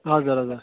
हजुर हजुर